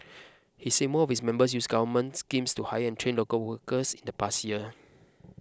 he said more of its members used government schemes to hire and train local workers in the past year